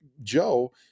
Joe